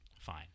Fine